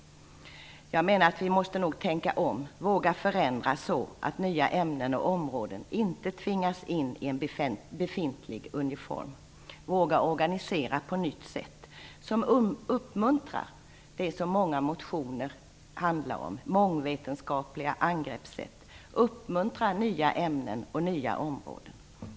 Jag menar att vi måste tänka om och våga förändra, så att nya ämnen och områden inte tvingas in i en befintlig uniform. Vi måste våga organisera på nytt sätt och på så vis uppmuntra det som många motioner handlar om, mångvetenskapliga angreppssätt, nya ämnen och nya områden.